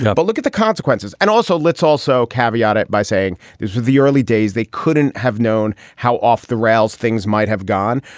yeah but look at the consequences. and also, let's also caveat it by saying these were the early days. they couldn't have known how off the rails things might have gone.